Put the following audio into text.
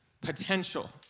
potential